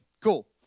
Cool